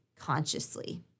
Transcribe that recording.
consciously